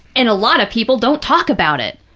and a lot of people don't talk about it.